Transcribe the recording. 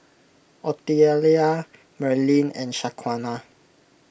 Otelia Merlyn and Shaquana